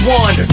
one